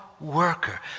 worker